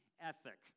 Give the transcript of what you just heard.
ethic